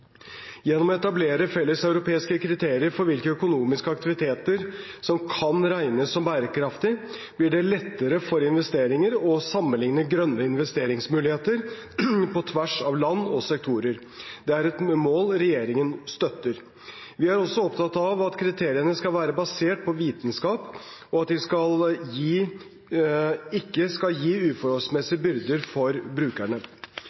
Gjennom å etablere felleseuropeiske kriterier for hvilke økonomiske aktiviteter som kan regnes som bærekraftige, blir det lettere for investorer å sammenligne grønne investeringsmuligheter på tvers av land og sektorer. Det er et mål regjeringen støtter. Vi er også opptatt av at kriteriene skal være basert på vitenskap, og at de ikke skal gi uforholdsmessige byrder for brukerne.